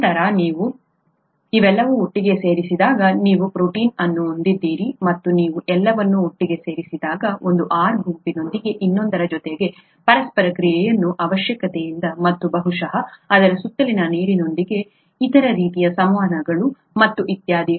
ನಂತರ ನೀವು ಇವೆಲ್ಲವನ್ನೂ ಒಟ್ಟಿಗೆ ಸೇರಿಸಿದಾಗ ನೀವು ಪ್ರೋಟೀನ್ ಅನ್ನು ಹೊಂದಿದ್ದೀರಿ ಮತ್ತು ನೀವು ಎಲ್ಲವನ್ನೂ ಒಟ್ಟಿಗೆ ಸೇರಿಸಿದಾಗ ಒಂದು R ಗುಂಪಿನೊಂದಿಗೆ ಇನ್ನೊಂದರ ಜೊತೆಗೆ ಪರಸ್ಪರ ಕ್ರಿಯೆಯ ಅವಶ್ಯಕತೆಯಿದೆ ಮತ್ತು ಬಹುಶಃ ಅದರ ಸುತ್ತಲಿನ ನೀರಿನೊಂದಿಗೆ ಇತರ ರೀತಿಯ ಸಂವಹನಗಳು ಮತ್ತು ಇತ್ಯಾದಿ